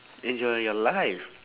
enjoy your life